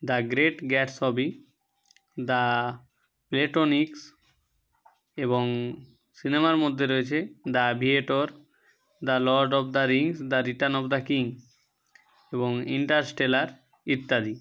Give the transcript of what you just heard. the great Gatsby the platonic এবং সিনেমার মধ্যে রয়েছে the aviator the lord of the rings the return of the king এবং interstellar ইত্যাদি